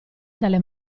dalle